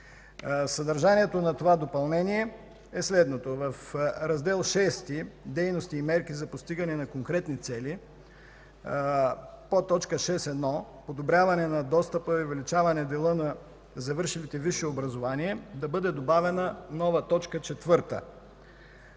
Съдържанието на това допълнение е следното: